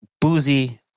Boozy